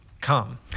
Come